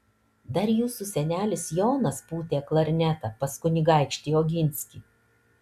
dar jūsų senelis jonas pūtė klarnetą pas kunigaikštį oginskį